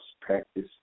practice